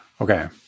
Okay